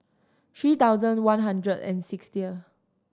three thousand one hundred and sixty